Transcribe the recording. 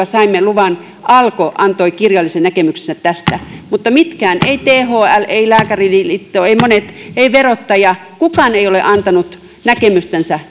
saimme luvan ja alko antoi kirjallisen näkemyksensä tästä mutta kukaan ei thl ei lääkäriliitto ei verottaja ole antanut näkemystänsä